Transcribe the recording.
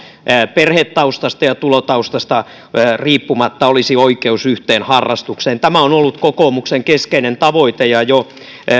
perhetaustasta ja tulotaustasta riippumatta olisi oikeus yhteen harrastukseen tämä on ollut kokoomuksen keskeinen tavoite ja jo